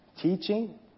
Teaching